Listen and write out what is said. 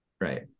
right